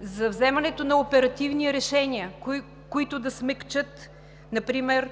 за вземането на оперативни решения, които да смекчат, например,